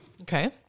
Okay